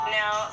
now